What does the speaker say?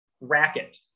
racket